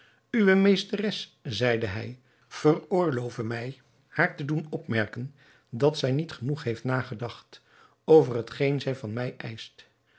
uwe meesteres zeide hij veroorlove mij haar te doen opmerken dat zij niet genoeg heeft nagedacht over hetgeen zij van mij eischt